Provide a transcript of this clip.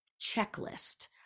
checklist